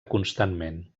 constantment